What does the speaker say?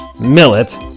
Millet